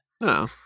No